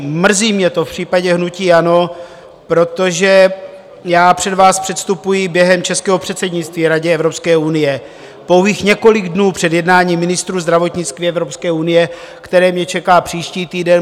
Mrzí mě to v případě hnutí ANO, protože já před vás předstupuji během českého předsednictví Radě Evropské unie pouhých několik dnů před jednáním ministrů zdravotnictví Evropské unie, které mě čeká příští týden.